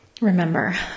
Remember